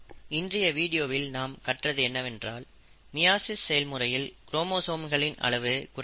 இன்றைய வீடியோவில் நாம் கற்றது என்னவென்றால் மியாசிஸ் செயல்முறையில் குரோமோசோம்களின் அளவு குறைக்கப்படும்